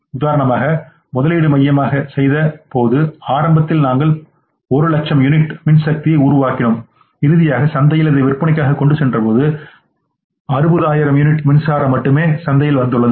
உதாரணமாக முதலீடுமையமாக செய்தபோது ஆரம்பத்தில் நாங்கள் 100000 யூனிட் மின்சக்தியை உருவாக்கினோம் இறுதியாக சந்தையில் இதை விற்பனைக்காக கொண்டு சென்றபோது 60000 யூனிட் மின்சாரம் மட்டுமே சந்தையில் வந்துள்ளது